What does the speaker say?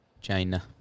China